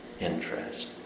interest